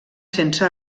sense